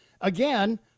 again